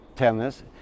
tennis